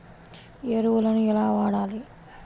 ఎరువులను ఎలా వాడాలి?